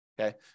okay